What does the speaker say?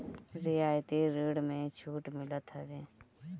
रियायती ऋण में छूट मिलत हवे